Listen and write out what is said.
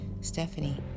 Stephanie